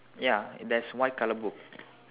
ya there's white colour book